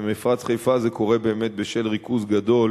במפרץ חיפה זה קורה באמת בשל ריכוז גדול